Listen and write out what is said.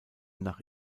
nach